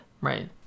Right